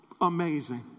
amazing